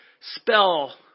spell